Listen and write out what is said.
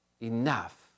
enough